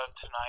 tonight